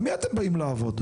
על מי אתם באים לעבוד?